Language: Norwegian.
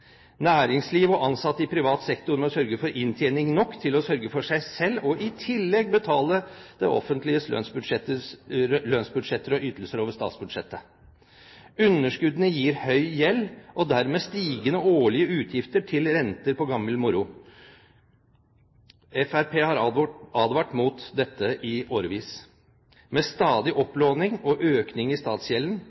Næringsliv og ansatte i privat sektor må sørge for inntjening nok til å sørge for seg selv, og i tillegg betale det offentliges lønnsbudsjetter og ytelser over statsbudsjettet. Underskuddene gir høy gjeld og dermed stigende årlige utgifter til renter på gammel moro. Fremskrittspartiet har advart mot dette i årevis. Med stadig opplåning og økning i statsgjelden